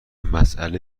مسئله